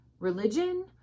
religion